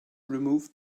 removed